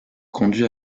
conduit